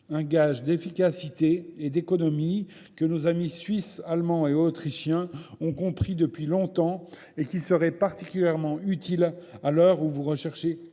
Un gage d'efficacité et d'économie que nos amis suisses, allemands et autrichiens ont compris depuis longtemps et qui seraient particulièrement utiles à l'heure où vous recherchez